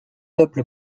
peuple